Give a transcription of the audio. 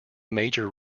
major